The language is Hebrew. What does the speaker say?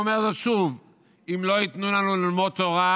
ואומר זאת שוב: אם לא ייתנו לנו ללמוד תורה,